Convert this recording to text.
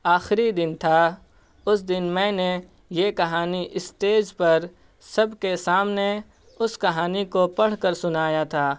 آخری دن تھا اس دن میں نے یہ کہانی اسٹیج پر سب کے سامنے اس کہانی کو پڑھ کر سنایا تھا